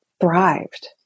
thrived